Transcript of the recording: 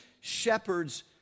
shepherds